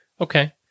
Okay